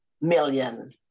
million